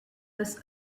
was